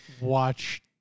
watch